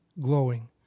glowing